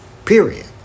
period